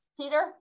Peter